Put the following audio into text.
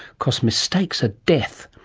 because mistakes are death.